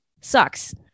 sucks